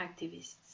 activists